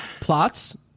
plots